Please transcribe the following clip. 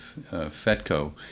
FETCO